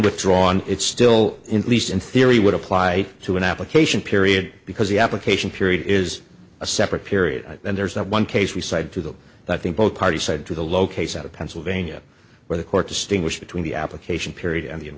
withdrawn it's still in least in theory would apply to an application period because the application period is a separate period and there's not one case you cited to them that i think both parties said to the low case out of pennsylvania where the court distinguish between the application period